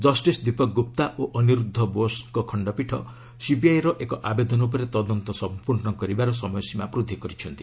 justice Deepak Gupta ଓ ଅନିରୁଦ୍ଧ ବୋଷଙ୍କ ଖଣ୍ଡପୀଠ ସିବିଆଇର ଏକ ଆବେଦନ ଉପରେ ତଦନ୍ତ ସଂପୂର୍ଣ୍ଣ କରିବାର ସମୟସୀମା ବୃଦ୍ଧି କରିଛନ୍ତି